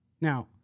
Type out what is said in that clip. Now